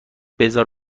بزار